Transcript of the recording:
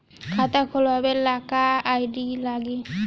खाता खोलाबे ला का का आइडी लागी?